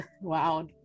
wow